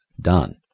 done